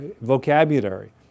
vocabulary